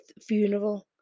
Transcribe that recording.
funeral